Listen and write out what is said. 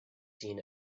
seen